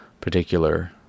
particular